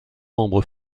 membres